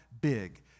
big